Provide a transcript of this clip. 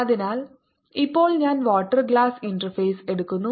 അതിനാൽ ഇപ്പോൾ ഞാൻ വാട്ടർ ഗ്ലാസ് ഇന്റർഫേസ് എടുക്കുന്നു